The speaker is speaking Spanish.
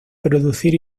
producir